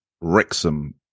Wrexham